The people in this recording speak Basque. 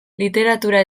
literatura